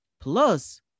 Plus